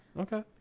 Okay